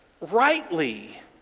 rightly